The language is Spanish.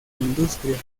industrias